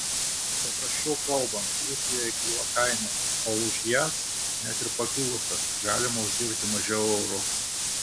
paprasčiau kalbant rusijoje kyla kainos o už jas net ir pakilusias galima uždirbti mažiau eurų